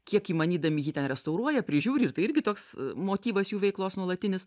kiek įmanydami jį ten restauruoja prižiūri ir tai irgi toks motyvas jų veiklos nuolatinis